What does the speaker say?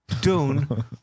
Dune